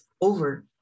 over